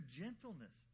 gentleness